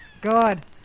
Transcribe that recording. God